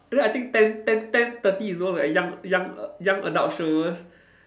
then I think ten ten ten thirty is those like young young young adult shows